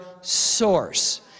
source